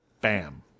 bam